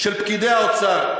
של פקידי האוצר.